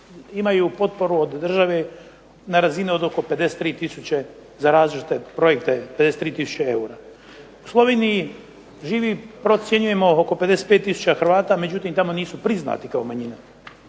imaju potporu od države na razini od oko 53 tisuće za različite projekte, 53 tisuće eura. U Sloveniji živi procjenjujemo oko 55 tisuća Hrvata, međutim tamo nisu priznati kao manjina.